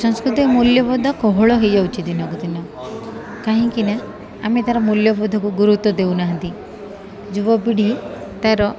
ସଂସ୍କୃତି ମୂଲ୍ୟବୋଧ କୋହଳ ହେଇଯାଉଛି ଦିନକୁ ଦିନ କାହିଁକିନା ଆମେ ତାର ମୂଲ୍ୟବୋଧକୁ ଗୁରୁତ୍ୱ ଦେଉନାହାନ୍ତି ଯୁବପିଢ଼ି ତାର